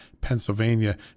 Pennsylvania